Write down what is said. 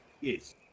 Yes